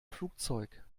flugzeug